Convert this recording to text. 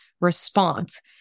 response